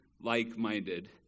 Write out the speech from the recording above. like-minded